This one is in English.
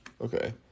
okay